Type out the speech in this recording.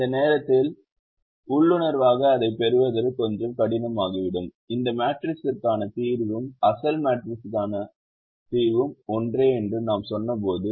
இந்த நேரத்தில் உள்ளுணர்வாக அதைப் பெறுவது கொஞ்சம் கடினமாகிவிடும் இந்த மேட்ரிக்ஸிற்கான தீர்வும் அசல் மேட்ரிக்ஸும் ஒன்றே என்று நாம் சொன்னபோது